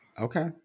Okay